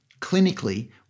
Clinically